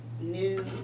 new